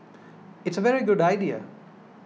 it's a very good idea